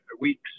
weeks